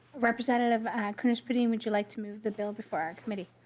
representative kunesh-podein would you like to move the bill before our committee?